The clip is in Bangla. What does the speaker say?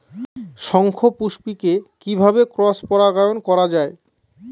শঙ্খপুষ্পী কে কিভাবে ক্রস পরাগায়ন করা যায়?